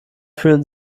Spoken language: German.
fühlen